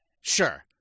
Sure